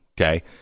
okay